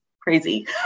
crazy